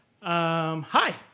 Hi